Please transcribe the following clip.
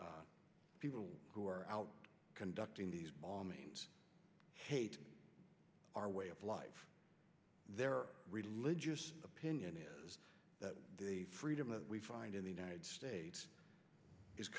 of people who are out conducting these bombings our way of life their religious opinion is that the freedom that we find in the united states is